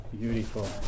Beautiful